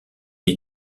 est